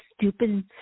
stupid